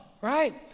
right